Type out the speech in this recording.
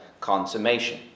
consummation